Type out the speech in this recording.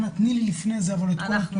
אנא תני לי לפני זה את הכול.